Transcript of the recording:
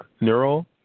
Neural